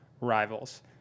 rivals